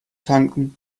tanken